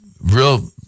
real